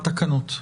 לתקנות.